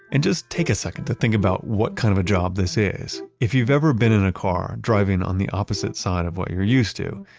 and just take a second to think about what kind of a job this is. if you've ever been in a car driving on the opposite side of what you're used to,